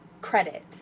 credit